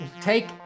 Take